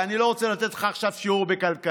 ואני לא רוצה לתת לך עכשיו שיעור בכלכלה,